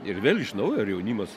ir vėl iš naujo ir jaunimas